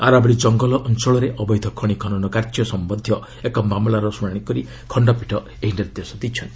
ଆରାବଳି ଜଙ୍ଗଳ ଅଞ୍ଚଳରେ ଅବୈଧ ଖଣି ଖନନ କାର୍ଯ୍ୟ ସମ୍ପର୍କୀତ ଏକ ମାମଲାର ଶୁଣାଶି କରି ଖଣ୍ଡପୀଠ ଏହି ନିର୍ଦ୍ଦେଶ ଦେଇଛନ୍ତି